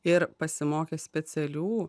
ir pasimokę specialių